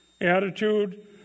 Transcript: attitude